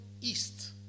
east